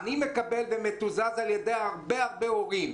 אני מקבל פניות מהרבה הורים.